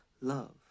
Love